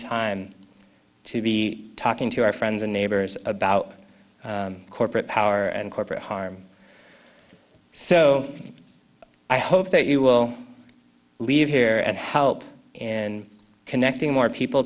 time to be talking to our friends and neighbors about corporate power and corporate harm so i hope that you will leave here and help in connecting more people